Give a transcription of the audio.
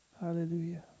Hallelujah